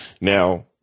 Now